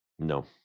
No